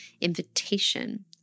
invitation